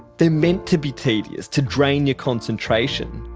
they're meant to be tedious to drain your concentration.